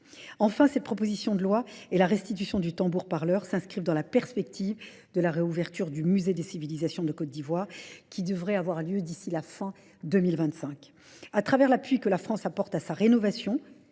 Enfin, cette proposition de loi et la restitution du tambour parleur s'inscrivent dans la perspective de la réouverture du Musée des civilisations de Côte d'Ivoire qui devrait avoir lieu d'ici la fin 2025. A travers l'appui que la France apporte à sa rénovation